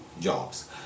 jobs